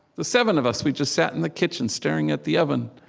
the seven of us, we just sat in the kitchen, staring at the oven,